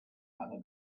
other